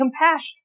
compassion